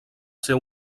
ser